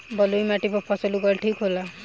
बलुई माटी पर फसल उगावल ठीक होला?